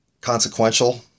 consequential